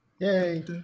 yay